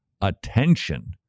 attention